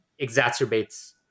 exacerbates